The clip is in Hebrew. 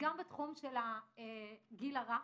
גם בתחום של הגיל הרך,